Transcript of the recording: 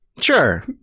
Sure